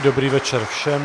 Dobrý večer všem.